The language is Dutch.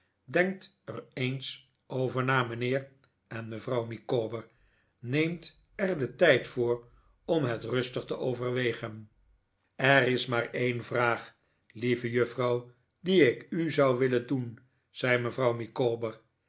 denkt er eens over na mijnheer en mevrouw micawber neemt er den tijd voor om het rustig te overwegen er is maar een vraag lieve juffrouw die ik u zou willen doen zei mevrouw